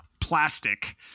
plastic